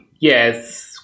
Yes